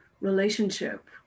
relationship